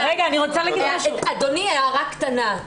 אדוני, הערה קטנה.